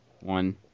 one